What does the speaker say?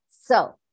So-